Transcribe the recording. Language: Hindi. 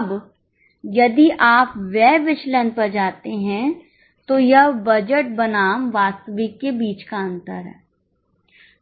अब यदि आप व्यय विचलन पर आते हैं तो यह बजट बनाम वास्तविक के बीच का अंतर है